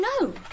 no